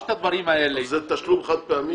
שלושת הדברים האלה --- זה תשלום חד פעמי?